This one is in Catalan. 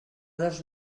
dos